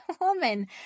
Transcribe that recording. woman